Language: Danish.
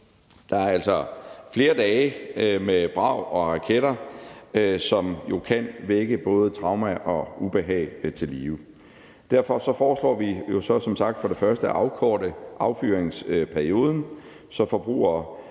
Der er altså flere dage med brag og raketter, som jo både kan vække traumer og ubehag til live. Derfor foreslår vi som sagt for det første at afkorte affyringsperioden,